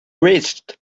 reached